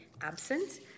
absent